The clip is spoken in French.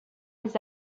les